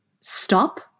stop